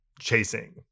chasing